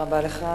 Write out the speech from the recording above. תודה רבה לך.